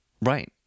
Right